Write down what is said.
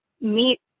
meet